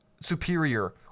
superior